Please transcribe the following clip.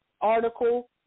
article